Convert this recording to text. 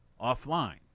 offline